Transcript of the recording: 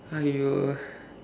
!aiyo!